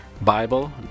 Bible